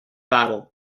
battle